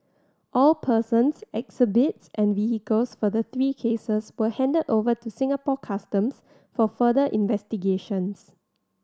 all persons exhibits and vehicles for the three cases were handed over to Singapore Customs for further investigations